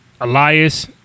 Elias